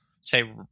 say